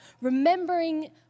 remembering